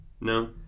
No